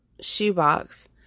shoebox